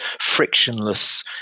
frictionless